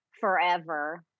forever